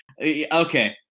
Okay